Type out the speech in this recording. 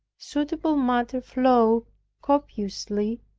suitable matter flowed copiously,